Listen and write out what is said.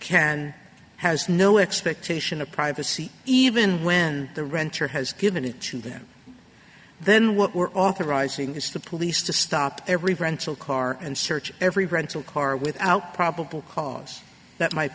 can has no expectation of privacy even when the renter has given it to them then what we're authorizing is the police to stop every rental car and search every rental car without probable cause that might